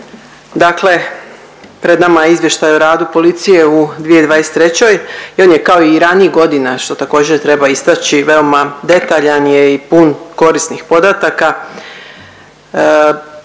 dakle pred nama je Izvještaj o radu policije u 2023. i on je kao i ranijih godina što također treba istači veoma detaljan je i pun korisnih podataka.